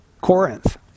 Corinth